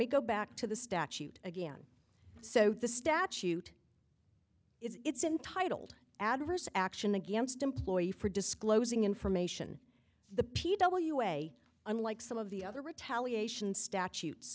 me go back to the statute again so the statute is it's intitled adverse action against employee for disclosing information the p w a unlike some of the other retaliations statutes